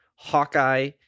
Hawkeye